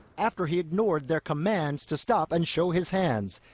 after he ignored their commands to stop and show his hands.